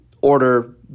order